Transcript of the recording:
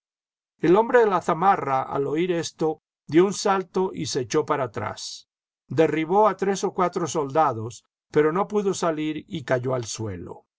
el hombre de la zamarra al oir esto dio un salto y se echó para atrás derribó a tres o cuatro soldados pero no pudo salir y cayó al suelo